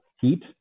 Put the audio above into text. heat